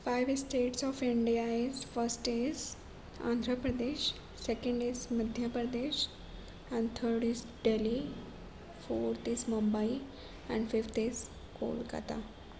five states of India is first is Andhra Pradesh second is Madhya Pradesh and third is Delhi fourth is Mumbai and fifth is Kolkata